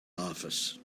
office